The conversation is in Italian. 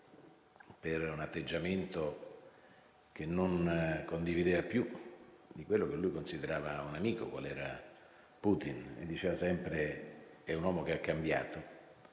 per un atteggiamento, che non condivideva più, di quello che lui considerava un amico, qual era Putin. Diceva sempre: "è un uomo che è cambiato".